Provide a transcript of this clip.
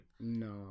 No